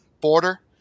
border